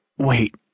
Wait